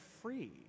free